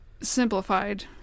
simplified